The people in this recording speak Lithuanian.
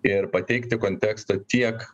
ir pateikti kontekstą tiek